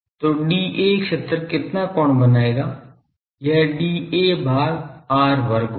तो dA क्षेत्र कितना कोण बनाएगा यह dA भाग r वर्ग होगा